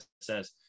says